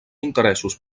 interessos